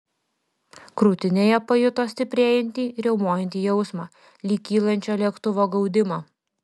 krūtinėje pajuto stiprėjantį riaumojantį jausmą lyg kylančio lėktuvo gaudimą